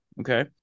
okay